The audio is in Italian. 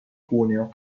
cuneo